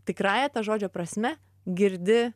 tikrąja ta žodžio prasme girdi